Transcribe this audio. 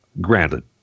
granted